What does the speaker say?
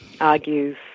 argues